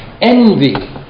Envy